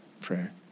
prayer